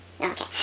okay